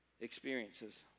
experiences